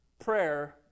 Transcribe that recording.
prayer